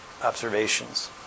observations